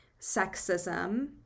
sexism